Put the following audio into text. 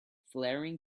flaring